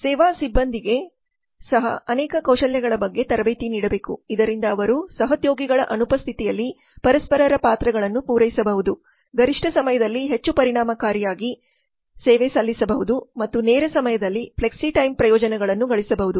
ಸೇವಾ ಸಿಬ್ಬಂದಿಗೆ ಸಹ ಅನೇಕ ಕೌಶಲ್ಯಗಳ ಬಗ್ಗೆ ತರಬೇತಿ ನೀಡಬೇಕು ಇದರಿಂದ ಅವರು ಸಹೋದ್ಯೋಗಿಗಳ ಅನುಪಸ್ಥಿತಿಯಲ್ಲಿ ಪರಸ್ಪರರ ಪಾತ್ರಗಳನ್ನು ಪೂರೈಸಬಹುದು ಗರಿಷ್ಠ ಸಮಯದಲ್ಲಿ ಹೆಚ್ಚು ಪರಿಣಾಮಕಾರಿಯಾಗಿ ಮತ್ತು ಪರಿಣಾಮಕಾರಿಯಾಗಿ ಸೇವೆ ಸಲ್ಲಿಸಬಹುದು ಮತ್ತು ನೇರ ಸಮಯದಲ್ಲಿ ಫ್ಲೆಕ್ಸಿ ಟೈಮ್ ಪ್ರಯೋಜನಗಳನ್ನು ಗಳಿಸಬಹುದು